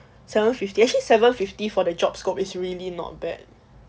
seven fifty actually seven fifty for the job scope is really not bad